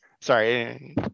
Sorry